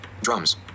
Drums